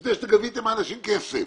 לפני שגביתם מאנשים כסף.